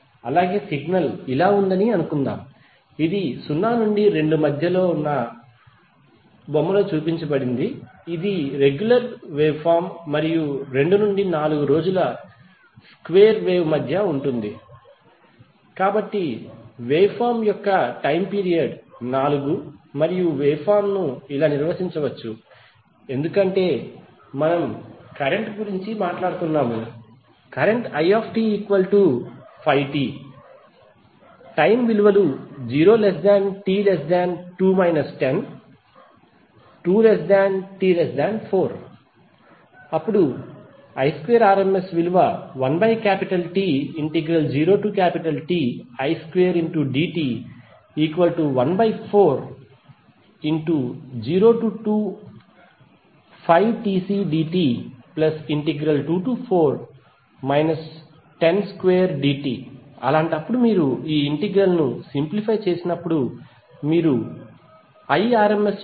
అలాగే సిగ్నల్ ఇలా ఉందని అనుకుందాం ఇది 0 నుండి 2 మధ్య ఉన్న బొమ్మలో చూపబడింది ఇది రెగ్యులర్ వేవ్ మరియు 2 నుండి 4 రోజుల స్క్వేర్ వేవ్ మధ్య ఉంటుంది కాబట్టి వేవ్ ఫార్మ్ యొక్క టైమ్ పీరియడ్ 4 మరియు వేవ్ ఫార్మ్ ను ఇలా నిర్వచించవచ్చు ఎందుకంటే మనం కరెంట్ గురించి మాట్లాడుతున్నాము it5t0t2 102t4 Irms21T0Ti2dt14025tcdt24 102dt అలాంటప్పుడు మీరు ఈ ఇంటెగ్రల్ ను సింప్లిఫై చేసినప్పుడు మీరు Irms యొక్క అవుట్పుట్ ను 8